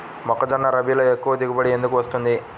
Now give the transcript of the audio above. మొక్కజొన్న రబీలో ఎక్కువ దిగుబడి ఎందుకు వస్తుంది?